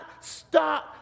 stop